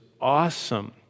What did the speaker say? awesome